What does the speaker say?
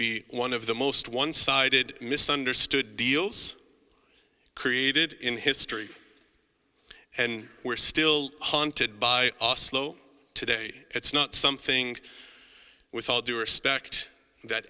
be one of the most one sided misunderstood deals created in history and we're still haunted by today it's not something with all due respect that